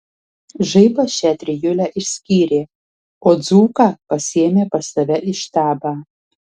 žaibas šią trijulę išskyrė o dzūką pasiėmė pas save į štabą